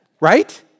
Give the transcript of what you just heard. Right